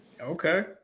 okay